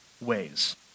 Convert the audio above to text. ways